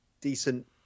decent